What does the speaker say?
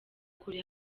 kure